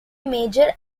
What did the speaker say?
major